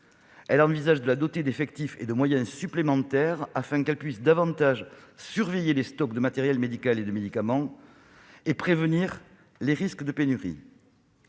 Elle envisage de la doter d'effectifs et de moyens supplémentaires, afin qu'elle puisse davantage surveiller les stocks de matériel médical et de médicaments et prévenir des risques de pénurie.